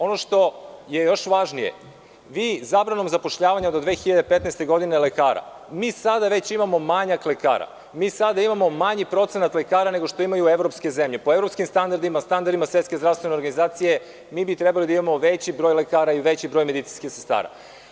Ono što je još važnije, vi zabranom zapošljavanja lekara do 2015. godine, mi sada već imamo manjak lekara, mi sada imamo manji procenat lekara nego što imaju evropske zemlje, po evropskim standardima, standardima Svetske zdravstvene organizacije mi bi trebali da imamo veći broj lekara i veći broj medicinskih sestara.